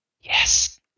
Yes